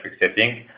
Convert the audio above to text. setting